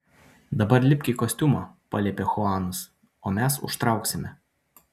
dabar lipk į kostiumą paliepė chuanas o mes užtrauksime